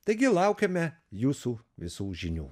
taigi laukiame jūsų visų žinių